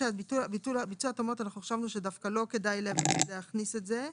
אנחנו חשבנו שדווקא לא כדאי להכניס את ביצוע התאמות,